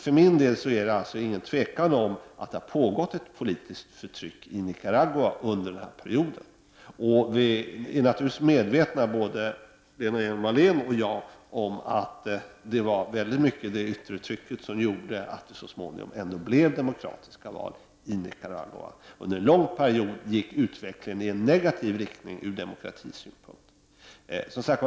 För min del råder det ingen tvekan om att det har pågått ett politiskt förtryck i Nicaragua under den här perioden. Både Lena Hjelm-Wallén och jag är naturligtvis medvetna om att det i stor utsträckning var det yttre trycket som gjorde att det så småningom blev demokratiska val i Nicaragua — under en lång period gick utvecklingen i negativ riktning ur demokratisynpunkt.